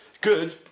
Good